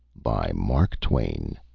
by mark twain